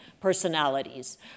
personalities